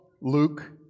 Luke